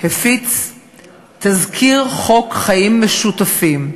הפיץ תזכיר חוק חיים משותפים,